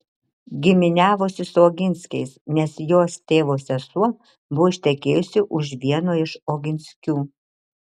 giminiavosi su oginskiais nes jos tėvo sesuo buvo ištekėjusi už vieno iš oginskių